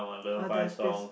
oh there's this